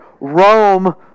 Rome